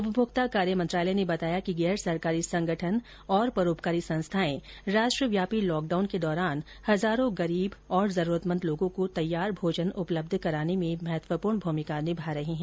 उपमोक्ता कार्य मंत्रालय ने बताया कि गैर सरकारी संगठन और परोपकारी संस्थाएं राष्ट्रव्यापी लॉकडाउन के दौरान हजारों गरीब और जरूरतमंद लोगों को तैयार भोजन उपलब्ध कराने में महत्वपूर्ण भूमिका निभा रहे हैं